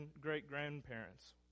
great-grandparents